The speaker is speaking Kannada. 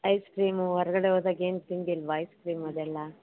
ಐಸ್ ಕ್ರೀಮು ಹೊರಗಡೆ ಹೋದಾಗ ಏನು ತಿಂದಿಲ್ವಾ ಐಸ್ ಕ್ರೀಮು ಅದೆಲ್ಲ